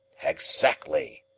exactly,